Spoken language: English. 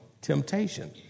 temptation